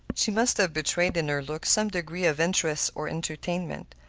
she must have betrayed in her look some degree of interest or entertainment.